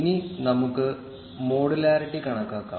ഇനി നമുക്ക് മോഡുലാരിറ്റി കണക്കാക്കാം